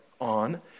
on